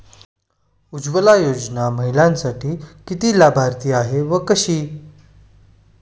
उज्ज्वला योजना महिलांसाठी किती लाभदायी आहे व कशी?